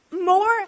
more